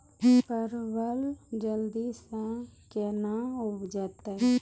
परवल जल्दी से के ना उपजाते?